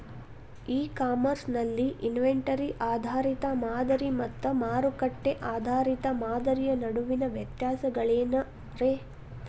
E commerce ನಲ್ಲಿ inventory ಆಧಾರಿತ ಮಾದರಿ ಮತ್ತ ಮಾರುಕಟ್ಟೆ ಆಧಾರಿತ ಮಾದರಿಯ ನಡುವಿನ ವ್ಯತ್ಯಾಸಗಳೇನ ರೇ?